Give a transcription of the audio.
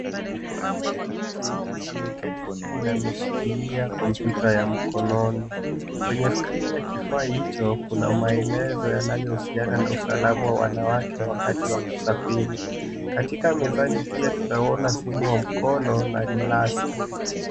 Mtu ameketi chini na ameshikilia Kompyuta ya mkononi , kwenye skrini ya kifaa hicho kuna maelezo yanayohusiana na usalama wa wanawake wakati wa kusafiri , katika mezani pia tunaona simu wa mkono na glasi.